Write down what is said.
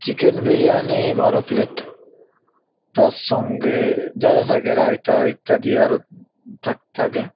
chicken biryani বারো plate তার সঙ্গে যা যা থাকে রায়তা ইত্যাদি আরো থাকে